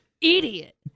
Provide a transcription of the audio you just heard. Idiot